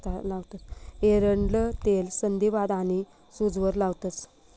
एरंडनं तेल संधीवात आनी सूजवर लावतंस